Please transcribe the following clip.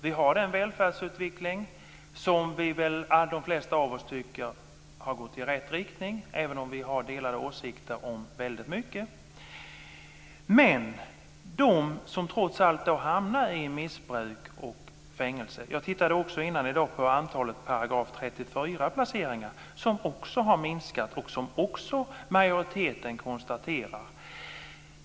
Vi har den välfärdsutveckling som väl de flesta av oss tycker har gått i rätt riktning, även om vi har delade åsikter om väldigt mycket. Men trots allt hamnar några i missbruk och fängelse. Jag tittade tidigare i dag på antalet § 34-placeringar, som också har minskat, vilket också majoriteten konstaterar.